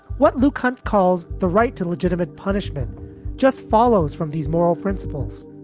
what luke um calls the right to legitimate punishment just follows from these moral principles.